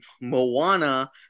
Moana